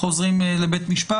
חוזרים לבית משפט.